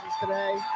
today